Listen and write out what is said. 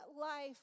life